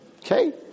Okay